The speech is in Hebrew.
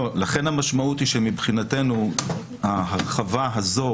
לכן המשמעות היא שמבחינתנו ההרחבה הזו